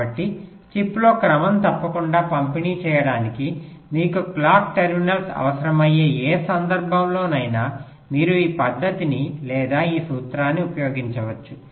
కాబట్టి చిప్లో క్రమం తప్పకుండా పంపిణీ చేయడానికి మీకు క్లాక్ టెర్మినల్స్ అవసరమయ్యే ఏ సందర్భంలోనైనా మీరు ఈ పద్ధతిని లేదా ఈ సూత్రాన్ని ఉపయోగించవచ్చు